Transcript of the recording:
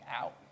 out